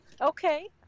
Okay